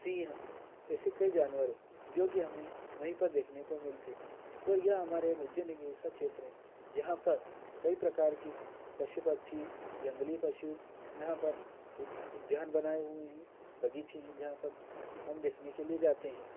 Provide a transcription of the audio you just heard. सिंह ऐसे कई जानवर है जो कि हमें वहीं पर देखने को मिलते हैं और यह हमारे उज्जैन एक ऐसा क्षेत्र है जहाँ पर कई प्रकार के पशु पक्षी जंगली पशु यहाँ पर उद्यान बनाए हुए हैं बगीचे हैं जहाँ पर हम देखने के लिए जाते हैं